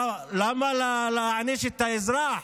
אבל למה להעניש את האזרח?